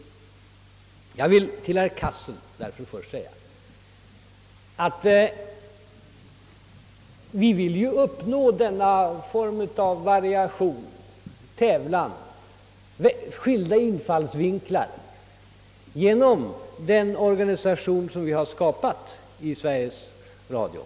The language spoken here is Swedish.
Därför vill jag först till herr Cassel säga att vår strävan har varit att uppnå variation, tävlan och skilda infallsvinklar genom den organisation som vi har skapat i Sveriges Radio.